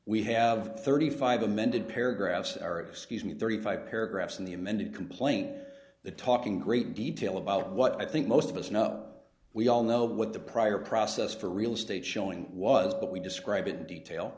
we have thirty five dollars amended paragraphs are excuse me thirty five paragraphs in the amended complaint the talking great detail about what i think most of us know we all know what the prior process for real estate showing was but we describe it in detail